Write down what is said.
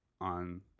on